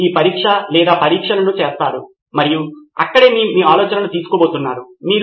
నితిన్ కురియన్ కానీ అప్లోడ్ చేయడం మరియు డౌన్లోడ్ చేయడం తప్పనిసరిగా భాగస్వామ్యాన్ని జాగ్రత్తగా చూసుకుంటుంది నిజమా